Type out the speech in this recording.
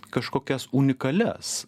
kažkokias unikalias